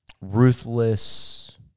ruthless